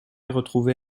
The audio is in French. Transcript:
retrouvé